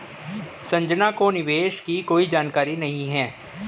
संजना को निवेश की कोई जानकारी नहीं है